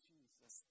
Jesus